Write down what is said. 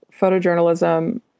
photojournalism